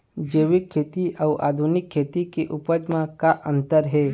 जैविक खेती अउ आधुनिक खेती के उपज म का अंतर हे?